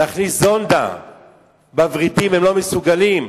להכניס זונדה בוורידים, הם לא מסוגלים.